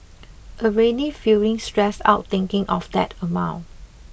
already feeling stressed out thinking of that amount